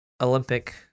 Olympic